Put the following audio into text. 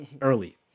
early